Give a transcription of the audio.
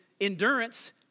endurance